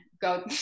go